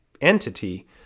entity